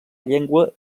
llengua